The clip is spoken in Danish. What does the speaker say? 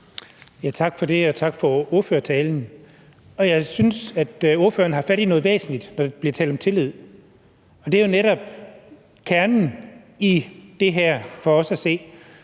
Tak for det, og tak for ordførertalen. Jeg synes, at ordføreren har fat i noget væsentligt, når der bliver talt om tillid. Det er jo netop kernen i det her for os at se,